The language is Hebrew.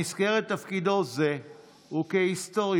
במסגרת תפקידו זה וכהיסטוריון,